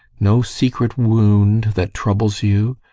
no secret wound, that troubles you?